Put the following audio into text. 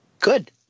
Good